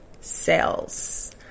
Sales